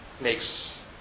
makes